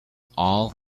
all